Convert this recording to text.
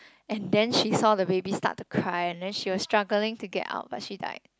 and then she saw the baby start to cry and then she was struggling to get out but she died